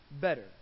better